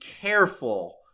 careful